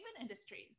industries